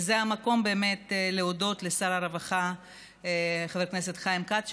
וזה המקום באמת להודות לשר הרווחה חבר הכנסת חיים כץ,